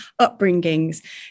upbringings